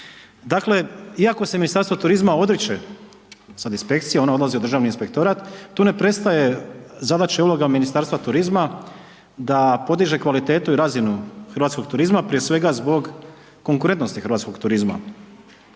Dakle, iako se Ministarstvo turizma odriče sad inspekcije, ona odlazi u Državni inspektorat, tu ne prestaje zadaća i uloga Ministarstva turizma da podiže kvalitetu i razinu hrvatskog turizma prije svega zbog konkurentnosti hrvatskog turizma.